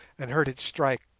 and heard it strike.